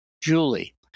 Julie